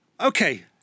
okay